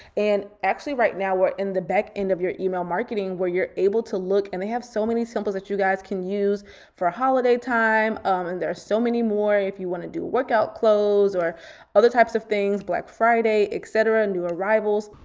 and actually right now, we're in the back end of your email marketing where you're able to look, and they have so many symbols that you guys can use for holiday time. and there are so many more if you wanna do workout clothes or other types of things, black friday, et cetera, new arrival.